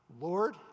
Lord